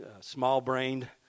small-brained